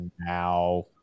now